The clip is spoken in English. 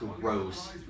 gross